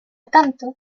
tanto